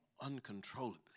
uncontrollably